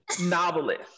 novelist